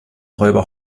räuber